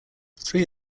three